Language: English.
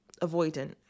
avoidant